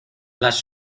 las